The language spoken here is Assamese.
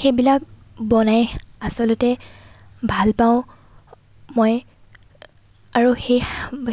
সেইবিলাক বনাই আচলতে ভাল পাওঁ মই আৰু সেই